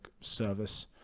service